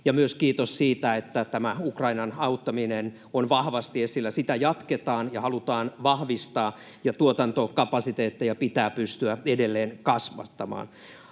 Myös kiitos siitä, että tämä Ukrainan auttaminen on vahvasti esillä. Sitä jatketaan ja halutaan vahvistaa, ja tuotantokapasiteetteja pitää pystyä edelleen kasvattamaan.